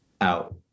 out